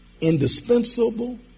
indispensable